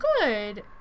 good